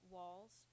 Walls